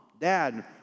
dad